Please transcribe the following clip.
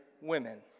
women